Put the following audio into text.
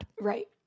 Right